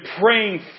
praying